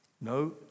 No